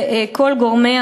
וכל גורמי